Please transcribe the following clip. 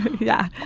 yeah.